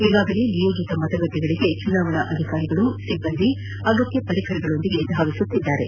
ಈಗಾಗಲೇ ನಿಯೋಜಿತ ಮತಗಟ್ಟೆಗಳಿಗೆ ಚುನಾವಣಾಧಿಕಾರಿಗಳು ಸಿಬ್ಬಂಧಿ ಅಗತ್ಯ ಪರಿಕರಗಳೊಂದಿಗೆ ಧಾವಿಸುತ್ತಿದ್ದಾರೆ